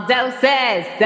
Doses